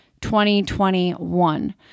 2021